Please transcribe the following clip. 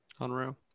unreal